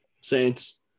Saints